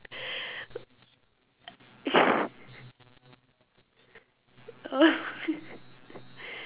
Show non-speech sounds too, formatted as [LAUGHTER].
[LAUGHS] oh [LAUGHS]